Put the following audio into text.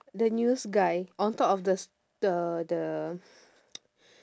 the news guy on top of the the the